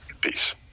peace